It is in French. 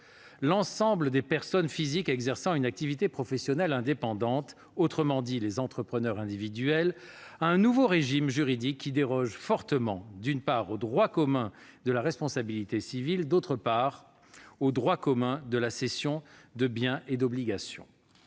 l'ensemble des personnes physiques exerçant une activité professionnelle indépendante, en d'autres termes les « entrepreneurs individuels », à un nouveau régime juridique, qui déroge fortement, d'une part, au droit commun de la responsabilité civile et, d'autre part, au droit commun de la cession de biens et d'obligations.